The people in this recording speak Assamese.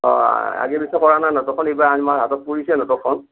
অঁ আগে পিছে কৰা নাই নাটকখন এইবাৰ আমাৰ হাতত পৰিছে নাটকখন